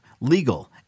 legal